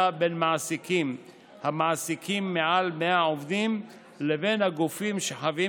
בין מעסיקים המעסיקים יותר מ-100 עובדים לבין הגופים שחבים